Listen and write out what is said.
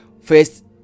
first